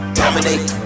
dominate